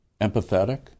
empathetic